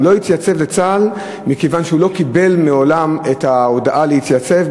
הוא לא התייצב מכיוון שהוא לא קיבל מעולם את ההודעה להתייצב,